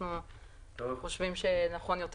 אנחנו חושבים שנכון יותר